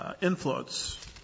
influence